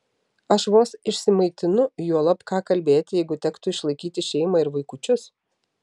aš vos išsimaitinu juolab ką kalbėti jeigu tektų išlaikyti šeimą ir vaikučius